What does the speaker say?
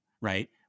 right